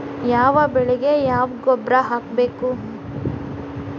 ಯಾವ ಬೆಳಿಗೆ ಯಾವ ಗೊಬ್ಬರ ಹಾಕ್ಬೇಕ್?